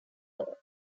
hole